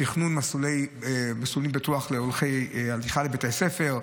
בתכנון מסלול בטוח להליכה לבתי הספר,